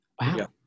Wow